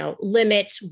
limit